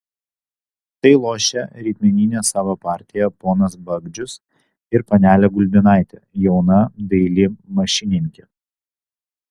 tai lošia rytmetinę savo partiją ponas bagdžius ir panelė gulbinaitė jauna daili mašininkė